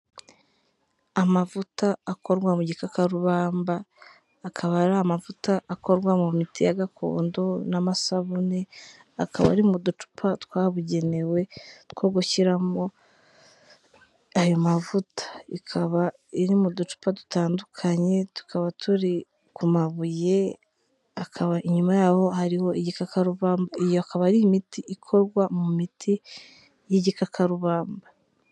Amavuta akorwa mu gikakarubamba, akaba ari amavuta akorwa mu miti ya gakondo n'amasabune, akaba ari mu ducupa twabugenewe two gushyiramo ayo mavuta, ikaba iri mu ducupa dutandukanye, tukaba turi ku mabuye, akaba inyuma yaho hariho igikakarubamba. Iyi akaba ari imiti ikorwa mu miti y'igikakarubamba.